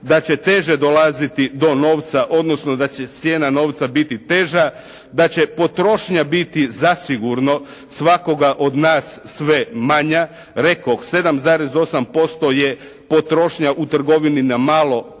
da će teže dolaziti do novca odnosno da će cijena novca biti teža. Da će potrošnja biti zasigurno svakoga od nas sve manja. Rekoh 7,8% je potrošnja u trgovini na malo